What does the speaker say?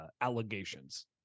allegations